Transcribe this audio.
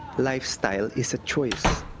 lifestyle is a choice,